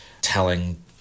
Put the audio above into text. telling